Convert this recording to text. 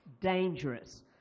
dangerous